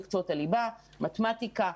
מקצועות הליבה: מתמטיקה,